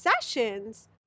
sessions